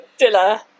Dilla